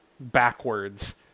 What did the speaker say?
Backwards